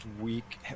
week